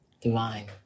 divine